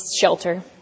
shelter